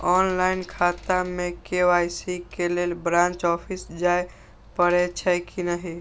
Online खाता में KYC के लेल ब्रांच ऑफिस जाय परेछै कि नहिं?